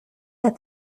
that